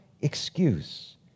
excuse